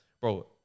Bro